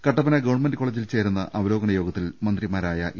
Kattappana government കോളജിൽ ചേരുന്ന അവലോകന യോഗത്തിൽ മന്ത്രിമാരായ ഇ